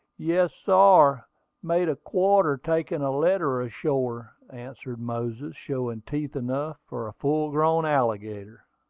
yes, sar made a quarter taking a letter ashore, answered moses, showing teeth enough for a full-grown alligator.